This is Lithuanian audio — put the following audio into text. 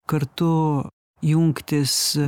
kartu jungtis